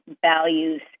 values